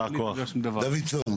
דוידסון,